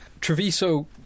Treviso